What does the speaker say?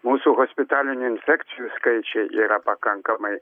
mūsų hospitalinių infekcijų skaičiai yra pakankamai